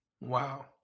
Wow